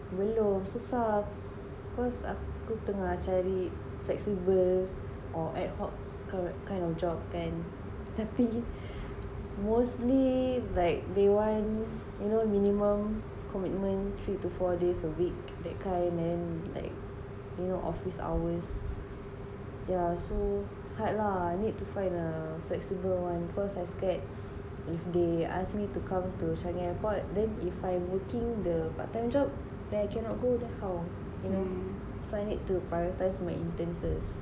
belum susah cause aku tengah cari flexible or adhoc ker~ kind of job kan tapi mostly like they want you know minimum commitment three to four days a week that kind and like you know office hours yeah so hard lah I need to find a flexible one because I scared if they ask me to come to the changi airport then if I working the part time job then I cannot go there how you know so I need to prioritize my intern first